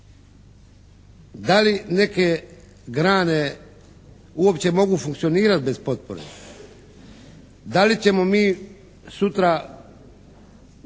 Da li neke grane uopće mogu funkcionirati bez potpore? Da li ćemo mi sutra